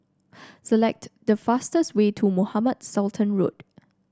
select the fastest way to Mohamed Sultan Road